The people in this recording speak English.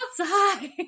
outside